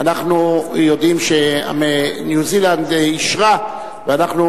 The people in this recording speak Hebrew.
אנחנו יודעים שניו-זילנד אישרה ואנחנו